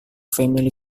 family